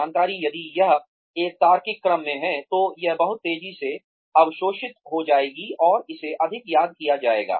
जानकारी यदि यह एक तार्किक क्रम में है तो यह बहुत तेजी से अवशोषित हो जाएगी और इसे अधिक याद किया जाएगा